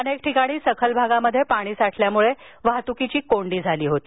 अनेक ठिकाणी सखल भागात पाणी साठल्यामुळे वाहतूक कोंडी झाली होती